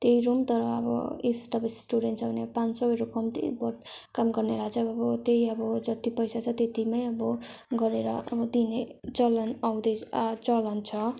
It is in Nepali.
त्यही रुम तर अब इफ तपाईँ स्टुडेन्ट छ भने पाँच सयहरू कम्ती बट काम गर्नेलाई चाहिँ अब त्यही अब जति पैसा छ तेत्तिमै अब गरेर दिने चलन आउँदै चलन छ